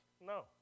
No